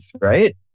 right